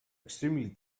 extremely